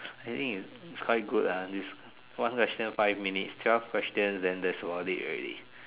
I think is quite good ah this one question five minutes twelve questions then that's about it already